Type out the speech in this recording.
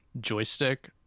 joystick